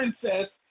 princess